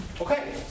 Okay